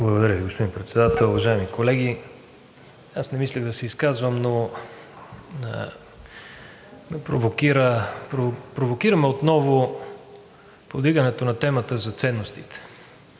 Благодаря Ви, господин Председател. Уважаеми колеги! Аз не мислех да се изказвам, но ме провокира отново повдигането на темата за ценностите